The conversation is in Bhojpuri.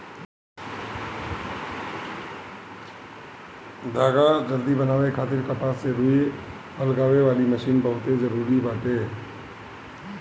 धागा जल्दी बनावे खातिर कपास से रुई अलगावे वाली मशीन बहुते जरूरी बाटे